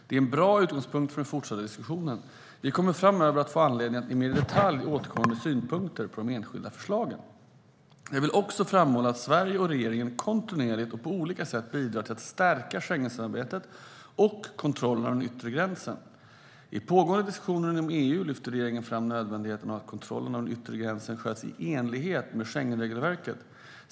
Det är en bra utgångspunkt för den fortsatta diskussionen. Vi kommer framöver att få anledning att i mer detalj återkomma med synpunkter på de enskilda förslagen. Jag vill också framhålla att Sverige och regeringen kontinuerligt och på olika sätt bidrar till att stärka Schengensamarbetet och kontrollen av den yttre gränsen. I pågående diskussioner inom EU lyfter regeringen fram nödvändigheten av att kontrollen av den yttre gränsen sköts i enlighet med Schengenregelverket.